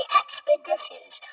expeditions